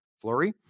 flurry